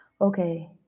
Okay